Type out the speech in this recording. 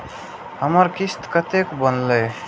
हमर किस्त कतैक बनले?